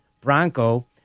Bronco